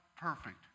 perfect